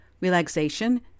relaxation